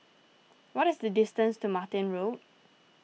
what is the distance to Martin Road